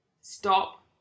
stop